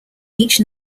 each